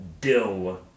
dill